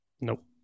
Nope